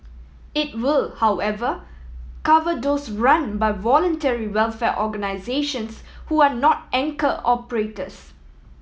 it will however cover those run by voluntary welfare organisations who are not anchor operators